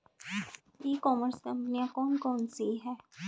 ई commerce कंपनियाँ कौन कौन सी हैं?